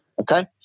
okay